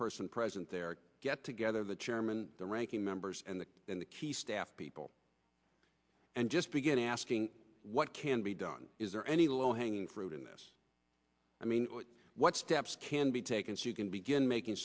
person present they get together the chairman the ranking members and then the key staff people and just begin asking what can be done is there any low hanging fruit in this i mean what steps can be taken so you can begin making